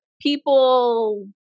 people